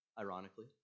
ironically